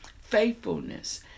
Faithfulness